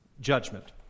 judgment